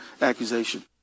accusation